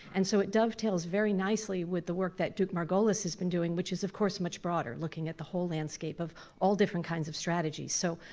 and so it dovetails very nicely with the work that duke-margolis has been doing, which is of course much broader, looking at the whole landscape of all different kinds of strategies. so,